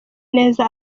neza